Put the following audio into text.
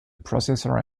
processor